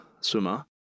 swimmer